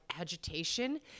agitation